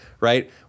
right